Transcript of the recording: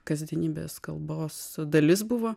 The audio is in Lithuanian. kasdienybės kalbos dalis buvo